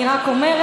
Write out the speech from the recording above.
אני רק אומרת: